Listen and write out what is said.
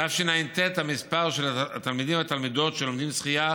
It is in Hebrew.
בתשע"ט המספר של התלמידים והתלמידות שלומדים שחייה,